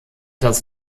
das